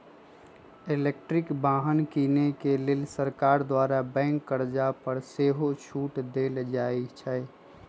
electric वाहन किने के लेल सरकार द्वारा बैंक कर्जा पर सेहो छूट देल जाइ छइ